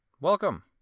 Welcome